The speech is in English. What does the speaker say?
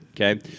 okay